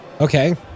Okay